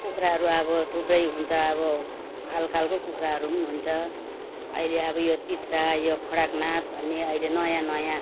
कुखुराहरू अब थुप्रै हुन्छ अब खाल खाले कुखुराहरू हुन्छ अहिले अब यो तित्रा यो कडकनाथ भन्ने अहिले नयाँ नयाँ